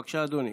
בבקשה, אדוני.